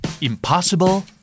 Impossible